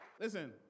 Listen